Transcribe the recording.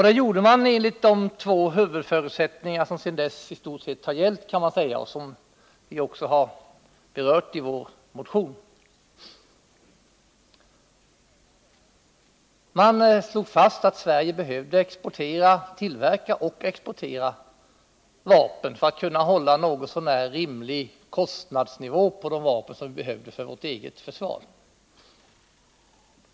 Det gjorde man enligt de två huvudförutsättningar som sedan i stort sett har gällt och som vi också har berört i vår motion. Man slog fast att Sverige behövde tillverka och exportera vapen för att kunna hålla något så när rimlig kostnadsnivå på de vapen som vi behövde för vårt eget försvar.